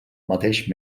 mateix